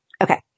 Okay